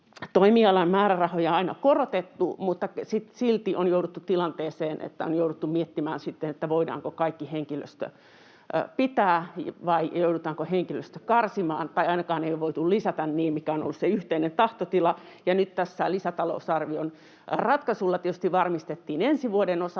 toimialan määrärahoja aina korotettu, mutta silti on jouduttu tilanteeseen, että on jouduttu miettimään sitten, voidaanko kaikki henkilöstö pitää vai joudutaanko henkilöstöä karsimaan, tai ainakaan ei ole voitu sitä lisätä, mikä on ollut se yhteinen tahtotila. Nyt lisätalousarvion ratkaisulla tietysti varmistettiin ensi vuoden osalta